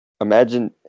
imagine